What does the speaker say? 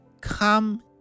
come